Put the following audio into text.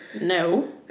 No